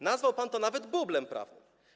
Nazwał pan to nawet bublem prawnym.